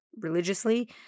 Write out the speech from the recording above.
religiously